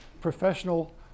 professional